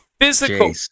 physical